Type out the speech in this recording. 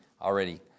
already